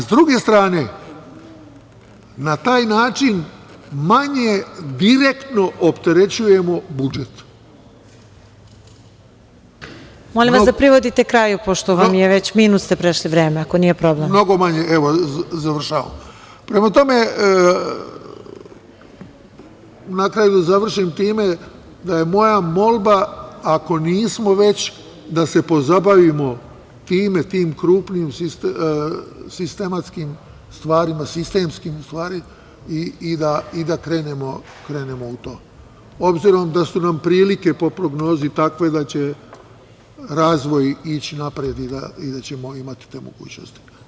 S druge strane, na taj način manje direktno opterećujemo budžet. (Predsedavajuća: Molim vas da privodite kraj, pošto ste već minut prešli vreme.) Prema tome, na kraju da završim time, da je molba, ako nismo već, da se pozabavimo time, tim krupnim sistematskim stvarima, sistemskim u stvari i da krenemo u to, obzirom da su nam prilike po prognozi takve da će razvoj ići napred i da ćemo imati te mogućnosti.